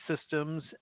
systems